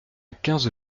quinze